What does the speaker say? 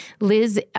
Liz